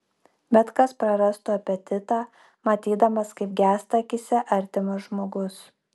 bet kas prarastų apetitą matydamas kaip gęsta akyse artimas žmogus